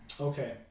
Okay